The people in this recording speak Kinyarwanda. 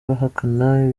bahakana